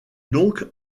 donc